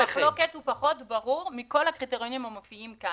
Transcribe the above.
הקריטריון ששנוי במחלוקת הוא פחות מברור מכל הקריטריונים שמופיעים כאן,